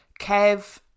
kev